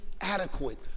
adequate